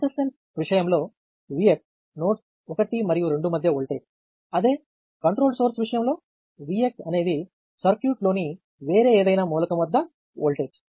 resistance విషయంలో Vx nodes 1 మరియు 2 మధ్య వోల్టేజ్ అదే కంట్రోల్ సోర్స్ విషయంలో Vx అనేది సర్క్యూట్లోని వేరే ఏదైనా మూలకం వద్ద వోల్టేజ్